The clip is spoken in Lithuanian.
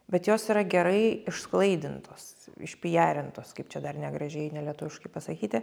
bet jos yra gerai išsklaidintos išpijarintos kaip čia dar negražiai nelietuviškai pasakyti